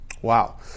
Wow